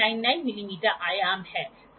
तो दूरी 100 मिलीमीटर है आप बढ़ते रहें